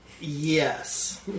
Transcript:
Yes